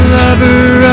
lover